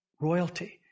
royalty